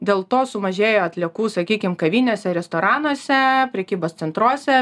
dėl to sumažėjo atliekų sakykim kavinėse restoranuose prekybos centruose